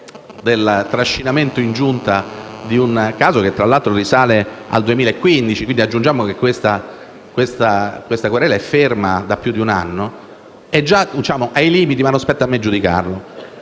del trascinamento in Giunta di un caso che, tra l'altro, risale al 2015 - quindi, aggiungiamo che la querela è ferma da più di un anno - è già ai limiti, ma non spetta a me giudicarlo.